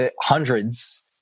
hundreds